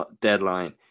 deadline